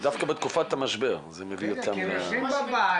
זאת אומרת דווקא בתקופת המשבר זה מביא אותם ל --- כי אנשים בבית,